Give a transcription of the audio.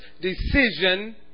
decision